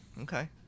Okay